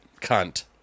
Cunt